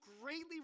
greatly